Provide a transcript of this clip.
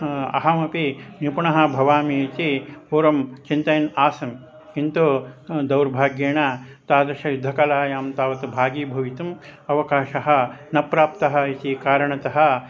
अहमपि निपुणः भवामि इति पूर्वं चिन्तयन् आसं किन्तु दौर्भाग्येन तादृशयुद्धकलायां तावत् भागी भवितुम् अवकाशः न प्राप्तः इति कारणतः